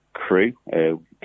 crew